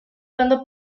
cuando